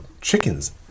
chickens